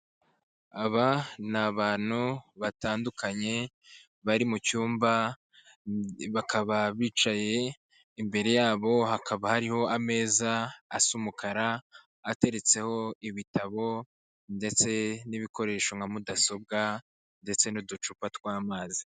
Aba ni abantu batandukanye bari mu cyumba bakaba bicaye imbere yabo hakaba hariho ameza asa umukara, ateretseho ibitabo ndetse n'ibikoresho nka mudasobwa ndetse n'uducupa tw'amazi.